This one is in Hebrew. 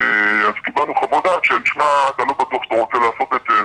אז קיבלנו חוות דעות שבכלל אתה לא בטוח שאתה רוצה לעשות את זה,